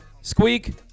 Squeak